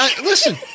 listen